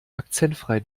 akzentfrei